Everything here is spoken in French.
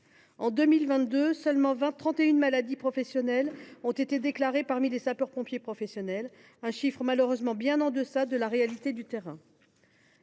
En 2022, seulement trente et une maladies professionnelles ont été déclarées parmi les sapeurs pompiers professionnels, un nombre, hélas ! bien en deçà de la réalité du terrain.